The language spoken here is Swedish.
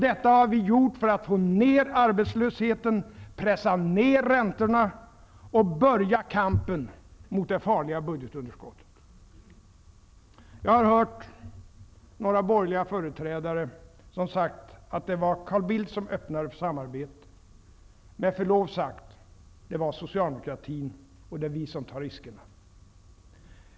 Det har vi gjort för att få ned arbetslösheten, pressa räntorna och börja kampen mot det farliga " budgetunderskottet. Jag har hört några borgerliga företrädare säga att det var Carl Bildt som öppnade samarbetet. Med förlov sagt, det var Socialdemokraterna för det är vi som tar riskerna.